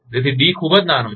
તેથી ડી ખૂબ નાનો છે